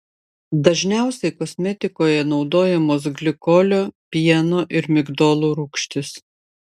dažniausiai kosmetikoje naudojamos glikolio pieno ir migdolų rūgštys